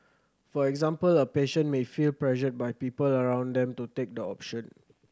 for example a patient may feel pressured by people around them to take the option